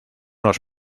los